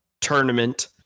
tournament